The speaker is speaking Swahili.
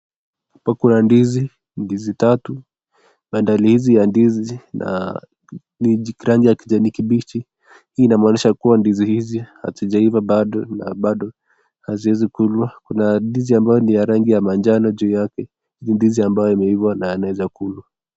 Hapa kuna ndizi ndizi tatu bandali hizi ya ndizi ni ya rangi ya kijani kibichi hii inamaanisha kuwa ndizi hizi hazijaiva bado na bado haziezi kulwa kuna ndizi ambayo ni ya rangi ya manjano juu yake ni ndizi ambayo imeivaa na yanaweza kulwa.